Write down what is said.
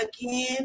again